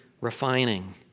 refining